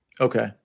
Okay